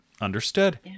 understood